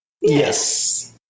Yes